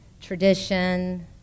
tradition